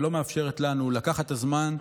ולא מאפשרת לנו לקחת את הזמן,